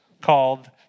called